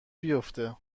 بیفته